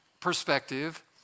perspective